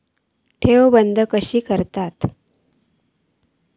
ठेव बंद कशी करतलव?